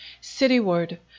cityward